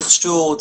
מכשור,